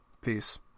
Peace